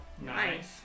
Nice